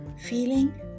feeling